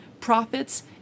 profits